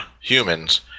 humans